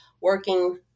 working